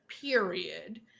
period